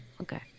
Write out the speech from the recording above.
Okay